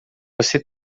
você